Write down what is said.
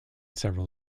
several